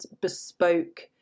bespoke